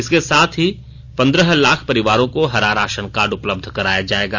इसके साथ ही पन्द्रह लाख परिवारों को हरा राशन कार्ड उपलब्ध कराया जाएगा